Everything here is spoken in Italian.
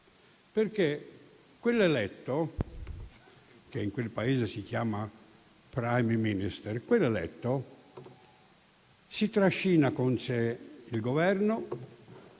perché quell'eletto, che in quel Paese si chiama *Prime Minister*, si trascina con sé il Governo,